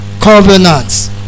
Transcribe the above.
covenants